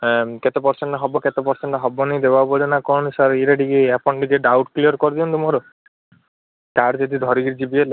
ଏ କେତେ ପର୍ସେଣ୍ଟ ହେବ କେତେ ପର୍ସେଣ୍ଟ୍ ହେବନି ଦେବାକୁ ପଡ଼ିବ ନା କ'ଣ ସାର୍ ଏଇଟା ଟିକିଏ ଆପଣ ନିଜେ ଡାଉଟ୍ କ୍ଲିୟର୍ କରିଦିଅନ୍ତୁ ମୋର କାର୍ଡ଼ ଯଦି ଧରିକିରି ଯିବି ହେଲେ